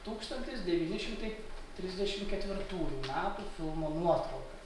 tūkstantis devyni šimtai trisdešim ketvirtųjų metų filmo nuotrauka